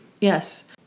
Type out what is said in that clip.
Yes